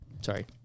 Sorry